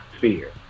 fear